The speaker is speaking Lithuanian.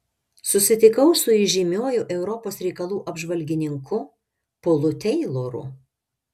susitikau su įžymiuoju europos reikalų apžvalgininku polu teiloru